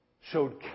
showed